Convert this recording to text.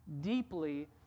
deeply